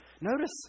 Notice